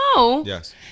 yes